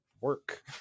work